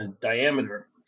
diameter